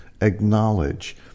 acknowledge